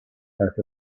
out